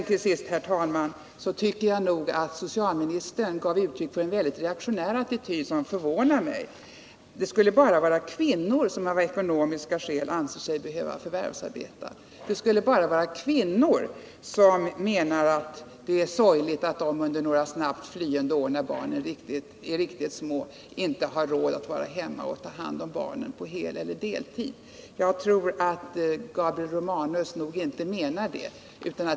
Till sist vill jag säga att jag tycker att socialministern gav uttryck för en mycket reaktionär attityd som förvånar mig: Det skulle bara vara kvinnor som anser sig behöva förvärvsarbeta av ekonomiska skäl, det skulle bara vara kvinnor som menar att det är sorgligt att de under några snabbt flyende år när barnen är riktigt små inte har råd att vara hemma och ta hand om dem på heleller deltid. Jag tror inte att Gabriel Romanus menar det.